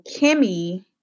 Kimmy